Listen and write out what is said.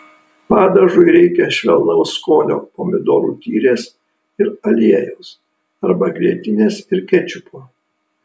padažui reikia švelnaus skonio pomidorų tyrės ir aliejaus arba grietinės ir kečupo